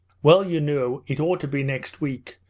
well, you know, it ought to be next week.